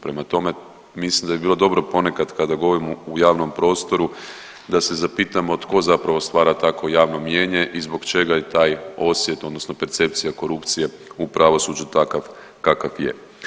Prema tome, mislim da bi bilo dobro ponekad kada govorimo u javnom prostoru da se zapitamo tko zapravo stvara takvo javno mijenje i zbog čega je taj osjet odnosno percepcija korupcije u pravosuđu takav kakav je.